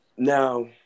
Now